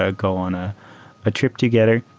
ah go on a a trip together.